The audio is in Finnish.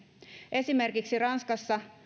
esimerkiksi ranskassa